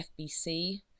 FBC